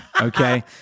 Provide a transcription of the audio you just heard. Okay